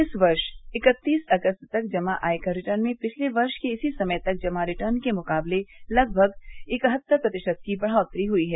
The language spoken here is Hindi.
इस वर्ष इक्कतीस अगस्त तक जमा आयकर रिटर्न में पिछले वर्ष के इसी समय तक जमा रिटर्न के मुकाबले लगभग इकहत्तर प्रतिशत की बढ़ोत्तरी हुई है